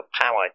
power